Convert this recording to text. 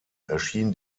erschien